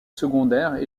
secondaire